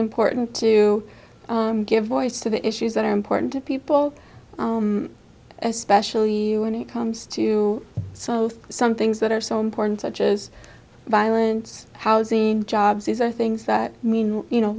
import to give voice to the issues that are important to people especially when it comes to so some things that are so important to just violence housing jobs these are things that mean you know